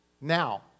Now